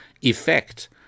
effect